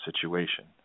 situation